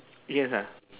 yes ah